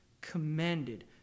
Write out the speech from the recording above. commanded